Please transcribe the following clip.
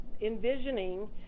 envisioning